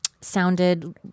sounded